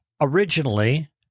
Originally